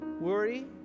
worry